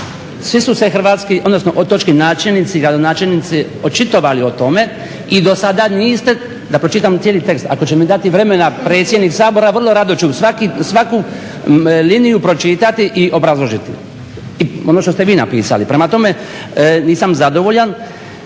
Svi su se hrvatski, odnosno otočki načelnici, gradonačelnici očitovali o tome i do sada niste, da pročitam cijeli tekst ako će mi dati vremena predsjednik Sabora vrlo rado ću svaku liniju pročitati i obrazložiti ono što ste vi napisali. Prema tome, nisam zadovoljan